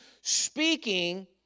speaking